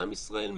לעם ישראל,